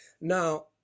Now